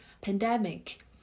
pandemic